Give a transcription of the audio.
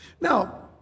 Now